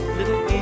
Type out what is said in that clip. little